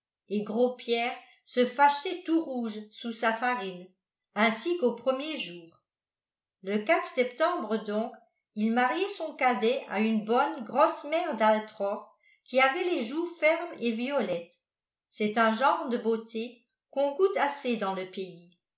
et gros pierre se fâchait tout rouge sous sa farine ainsi qu'aux premiers jours le septembre donc il mariait son cadet à une bonne grosse mère d'altroff qui avait les joues fermes et violettes c'est un genre de beauté qu'on goûte assez dans le pays